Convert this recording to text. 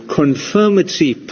confirmatory